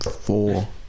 Four